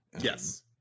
yes